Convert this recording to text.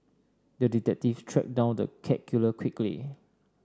the detective tracked down the cat killer quickly